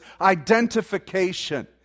identification